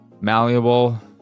malleable